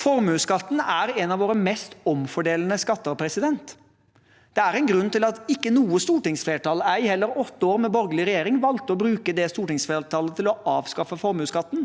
Formuesskatten er en av våre mest omfordelende skatter. Det er en grunn til at ikke noe stortingsflertall, ei heller under åtte år med borgerlig regjering, har valgt å bruke stortingsflertallet til å avskaffe formuesskatten.